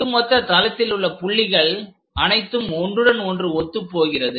இந்த மொத்த தளத்திலுள்ள புள்ளிகள் அனைத்தும் ஒன்றுடன் ஒன்று ஒத்துப் போகிறது